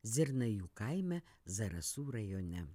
zirnajų kaime zarasų rajone